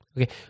okay